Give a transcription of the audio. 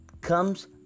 comes